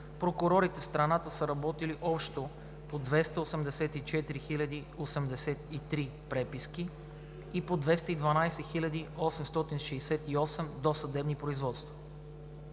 прокурорите в страната са работили общо по 284 083 преписки и по 212 868 досъдебни производства.